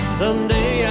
someday